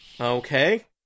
Okay